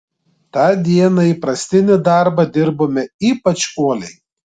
tą dieną įprastinį darbą dirbome ypač uoliai